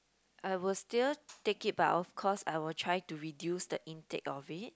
I will still take it but of course I will try to reduce the intake of it